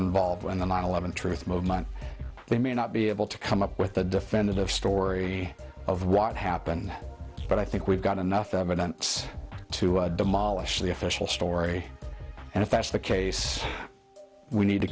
gotten volved when the nine eleven truth movement they may not be able to come up with a defended of story of what happened but i think we've got enough evidence to demolish the official story and if that's the case we need to